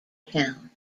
town